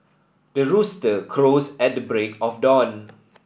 the rooster crows at the break of dawn